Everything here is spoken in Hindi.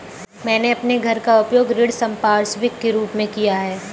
मैंने अपने घर का उपयोग ऋण संपार्श्विक के रूप में किया है